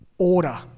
Order